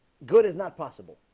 good is not possible